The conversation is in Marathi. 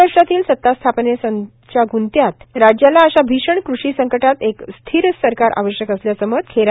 महाराष्ट्रातील सतास्थापनेच्या ग्ंत्याबाबत राज्याला अशा भीषण कृषी संकटात एक स्थीर सरकार आवश्यक असल्याचं मत खेरा यांनी मांडलं